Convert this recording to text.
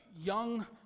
young